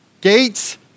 gates